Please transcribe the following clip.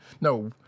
no